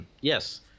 Yes